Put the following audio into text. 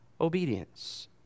obedience